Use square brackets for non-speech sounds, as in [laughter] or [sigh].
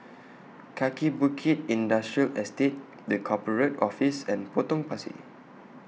Kaki Bukit Industrial Estate [noise] The Corporate Office and Potong Pasir